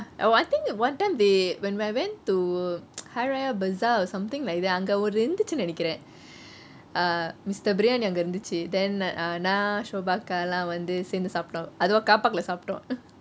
I think one time they when when I went to hari raya bazaar or something like that அங்கே ஒன்னு இருந்துச்சி நினைக்குறேன்:angeh onnu irunthuchu ninaikuren uh mister briyani அங்கே இருந்துச்சி:angeh irunthuchu then நான் ஷோபா அக்கா எல்லாம் வந்து சேந்து சாப்பிட்டோம் அதும்:naan shoba akka ellam vanthu senthu saaptom athum carpark leh சாப்டோம்:saaptom